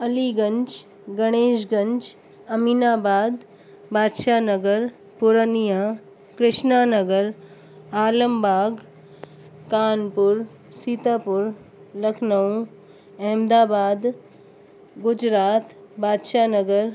Aliganj Ganesh Ganj Aminabad Badshah Nagar Purnia Krishna Nagar Alambagh Kanpur Sitapur Lucknow Ahmedabad Gujarat Badshah Nagar